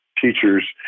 teachers